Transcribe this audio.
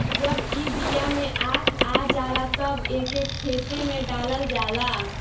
जब ई बिया में आँख आ जाला तब एके खेते में डालल जाला